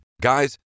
Guys